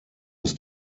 muss